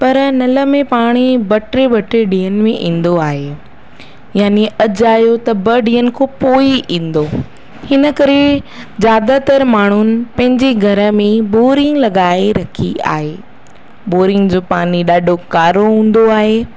पर नल में पाणी ॿ टे ॿ टे ॾींहनि में ईंदो आहे यानि अॼु आयो त ब ॾींहनि खां पोइ ई ईंदो हिन करे ज्यादातर माण्हूनि पंहिंजे घर में बोरिंग लगाए रखी आहे बोरिंग जो पाणी ॾाढो कारो हूंदो आहे